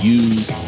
use